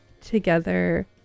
together